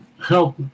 help